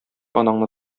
анаңны